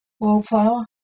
wallflower